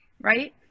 right